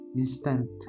instant